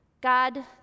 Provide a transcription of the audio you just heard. God